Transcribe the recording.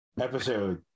episode